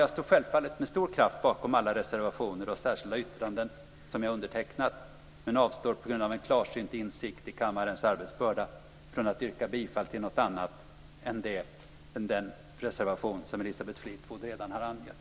Jag står självfallet med stor kraft bakom alla reservationer och särskilda yttranden som jag undertecknat, men avstår på grund av en klarsynt insikt i kammarens arbetsbörda från att yrka bifall till något annat än den reservation som Elisabeth Fleetwood redan har angett.